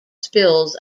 spills